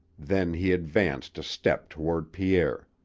then he advanced a step toward pierre.